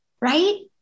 right